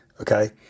Okay